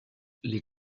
les